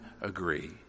agree